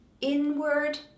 inward